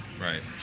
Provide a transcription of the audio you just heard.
right